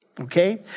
Okay